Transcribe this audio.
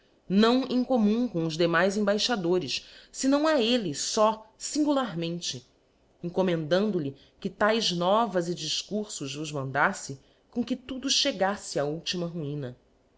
não em commum com os demais embaixadores fenáo a elle fó fingularmente encommendando lhe que taes novas e difcurfos vos mandaífe com que tudo chegafle á ultima ruina